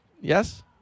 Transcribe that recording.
Yes